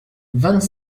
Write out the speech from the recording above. vingt